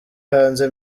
hanze